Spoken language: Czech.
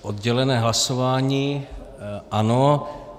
Oddělené hlasování ano.